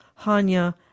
Hanya